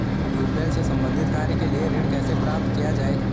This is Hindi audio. ट्यूबेल से संबंधित कार्य के लिए ऋण कैसे प्राप्त किया जाए?